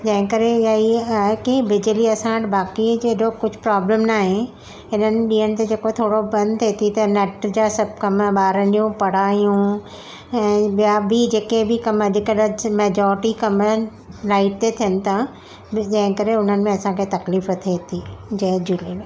जंहिं करे इहो ई आहे की बिजली असां वटि बाक़ीअ जहिड़ो कुझु प्रोब्लम नाहे हिननि ॾींहंनि ते जेको थोरो बंदि थिए थी त नेट जा सभ कमु ॿारनि जूं पढ़ायूं ऐं ॿिया बि जेके बि कमु जेकॾहिं मेजोरिटी कमु आहिनि लाइट ते थियनि था जंहिं करे उन्हनि में असां खे तकलीफ़ थिए थी जय झूलेलाल